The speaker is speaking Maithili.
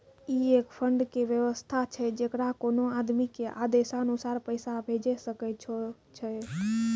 ई एक फंड के वयवस्था छै जैकरा कोनो आदमी के आदेशानुसार पैसा भेजै सकै छौ छै?